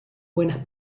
buenas